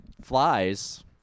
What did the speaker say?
flies